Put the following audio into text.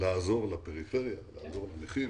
לעזור לפריפריה, לעזור לנכים.